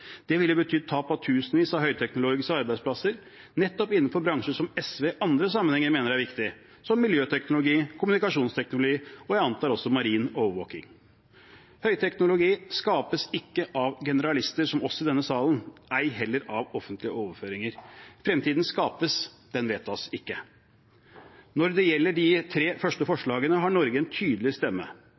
Det ville betydd tap av tusenvis av høyteknologiske arbeidsplasser, nettopp innenfor bransjer som SV i andre sammenhenger mener er viktige, som miljøteknologi, kommunikasjonsteknologi og – antar jeg – også marin overvåking. Høyteknologi skapes ikke av generalister som oss i denne salen, ei heller av offentlige overføringer. Fremtiden skapes, den vedtas ikke. Når det gjelder de tre første forslagene, har Norge en tydelig stemme.